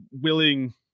willing